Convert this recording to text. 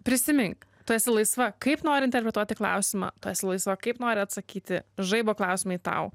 prisimink tu esi laisva kaip nori interpretuoti klausimą tu esi laisva kaip nori atsakyti žaibo klausimai tau